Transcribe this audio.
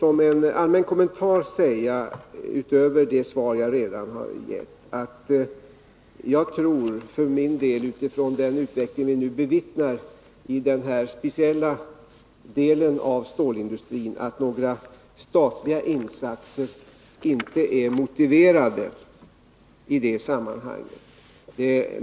Utöver det svar som jag redan har givit vill jag göra en rent allmän kommentar. Den utveckling som vi nu bevittnar i denna speciella del av stålindustrin ger mig inte anledning att tro att några statliga insatser är motiverade i det sammanhanget.